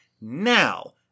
Now